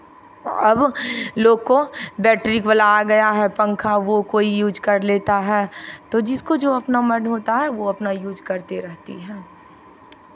अब लोग को बैटरी वाला आ गया है पंखा वो कोई यूज़ कर लेता है तो जिसको जो अपना मन होता है वो अपना यूज़ करते रहती है